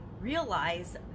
realize